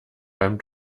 beim